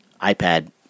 iPad